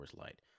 Light